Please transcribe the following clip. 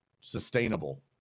sustainable